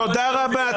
--- תודה רבה.